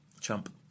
Chump